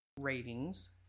ratings